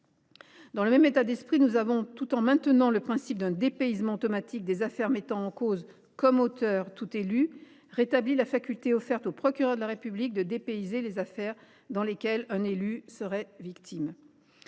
Dans le même état d’esprit, tout en maintenant le principe d’un dépaysement automatique des affaires mettant en cause, comme auteur, tout élu, nous avons, rétabli la faculté offerte au procureur de la République de dépayser les affaires dans lesquelles un élu serait victime.